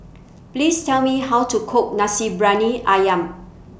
Please Tell Me How to Cook Nasi Briyani Ayam